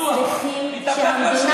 אתם מתרפסים, שפה זה לא הפקרות.